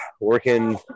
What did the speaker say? working